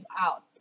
out